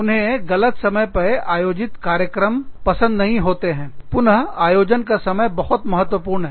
उन्हें गलत समय पर आयोजित कार्यक्रम पसंद नहीं होते हैं पुनः आयोजन का समय बहुत महत्वपूर्ण है